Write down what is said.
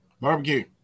barbecue